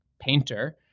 painter